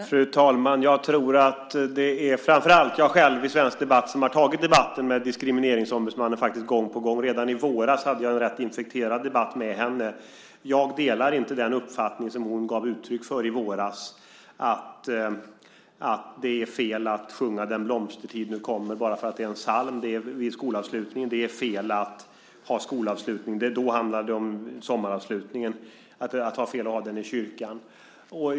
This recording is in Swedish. Fru talman! Jag tror att det framför allt är jag själv i svensk debatt som gång på gång har tagit debatten med Diskrimineringsombudsmannen. Redan i våras hade jag en infekterad debatt med henne. Jag delar inte den uppfattning som hon gav uttryck för i våras, att det är fel att sjunga Den blomstertid nu kommer bara för att det är en psalm och att det är fel att ha skolavslutningen, då handlade det om sommaravslutningen, i kyrkan.